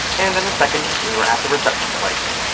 and in a second we were at the reception-place.